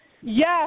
Yes